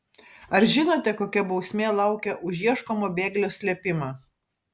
ar žinote kokia bausmė laukia už ieškomo bėglio slėpimą